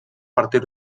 partir